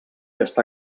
està